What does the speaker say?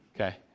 okay